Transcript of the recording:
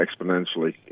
exponentially